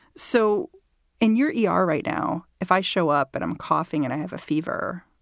so in your e r. right now, if i show up and i'm coughing and i have a fever,